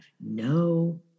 no